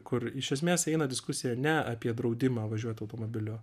kur iš esmės eina diskusija ne apie draudimą važiuot automobiliu